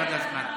דקה מעבר לזמן.